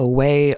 Away